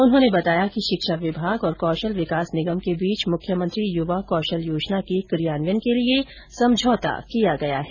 उन्होंने बताया कि शिक्षा विभाग और कौशल विकास निगम के बीच मुख्यमंत्री युवा कौशल योजना के कियान्वयन के लिए समझौता किया गया है